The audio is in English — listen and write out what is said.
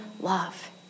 love